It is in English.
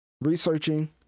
researching